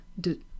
de